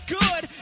good